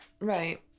right